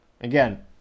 Again